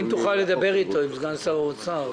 אם תוכל לדבר עם סגן שר האוצר.